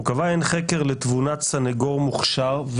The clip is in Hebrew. הוא קבע כי "אין חקר לתבונת סניגור מוכשר,